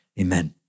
amen